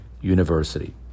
university